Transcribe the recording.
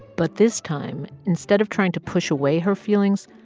but this time, instead of trying to push away her feelings,